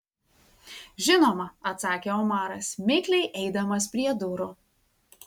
žinoma atsakė omaras mikliai eidamas prie durų